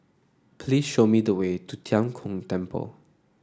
please show me the way to Tian Kong Temple